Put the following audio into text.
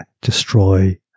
destroy